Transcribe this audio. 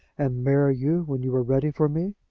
and marry you when you were ready for me?